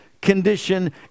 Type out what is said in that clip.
condition